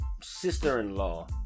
sister-in-law